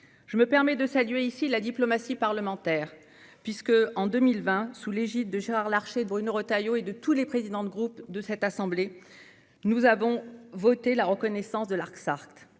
je tiens à saluer la diplomatie parlementaire. En 2020, sous l'égide de Gérard Larcher, de Bruno Retailleau et de tous les présidents de groupe de cette assemblée, nous avons voté la reconnaissance de l'Artsakh.